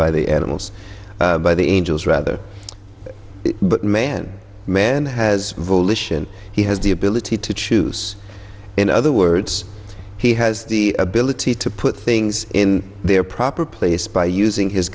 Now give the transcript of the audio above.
by the animals by the angels rather but man man has volition he has the ability to choose in other words he has the ability to put things in their proper place by using his